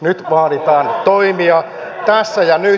nyt vaaditaan toimia tässä ja nyt